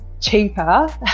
cheaper